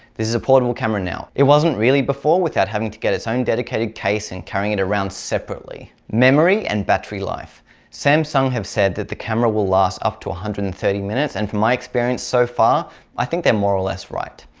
this is a portable camera now. it wasn't really before without having to get its own dedicated case and carrying it around separately. memory and battery life samsung have said that the camera will last up to one hundred and thirty minutes and my experience so far i think they're more or less right.